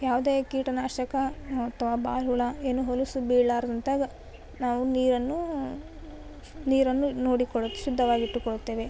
ಯಾವ್ದೇ ಕೀಟನಾಶಕ ಅಥ್ವಾ ಬಾಲ ಹುಳ ಏನು ಹೊಲಸು ಬಿಳ್ಲಾರ್ದಂತಾಗಿ ನಾವು ನೀರನ್ನು ನೀರನ್ನು ನೋಡಿಕೊಳ್ಳುತ ಶುದ್ಧವಾಗಿ ಇಟ್ಟುಕೊಳ್ಳುತ್ತೇವೆ